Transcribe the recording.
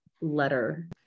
letter